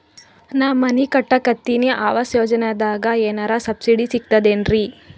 ನಾ ಮನಿ ಕಟಕತಿನಿ ಆವಾಸ್ ಯೋಜನದಾಗ ಏನರ ಸಬ್ಸಿಡಿ ಸಿಗ್ತದೇನ್ರಿ?